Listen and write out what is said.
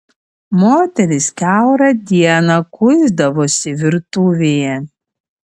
moterys kiaurą dieną kuisdavosi virtuvėje